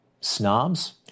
snobs